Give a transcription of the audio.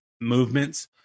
movements